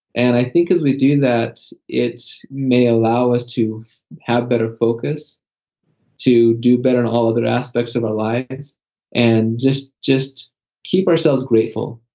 and i think as we do that it may allow us to have better focus to do better in all other aspects of our life, and just just keep ourselves grateful,